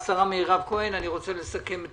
מירב כהן, אני מבקש לסכם.